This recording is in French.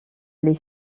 les